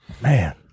Man